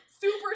Super